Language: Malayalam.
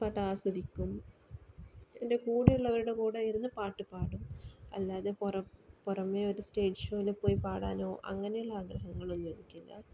പാട്ടു ആസ്വദിക്കും എൻ്റെ കൂടെ ഉള്ളവരുടെ കൂടെ ഇരുന്നു പാട്ടുപാടും അല്ലാതെ പുറമെ പുറമെയൊരു സ്റ്റേജ് ഷോയിൽ പോയ് പാടാനോ അങ്ങനെയുള്ള ആഗ്രഹളൊന്നും എനിക്കില്ല